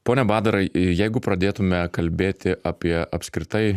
pone badarai jeigu pradėtume kalbėti apie apskritai